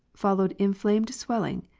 followed inflamed swelling,